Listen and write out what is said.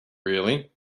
really